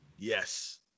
Yes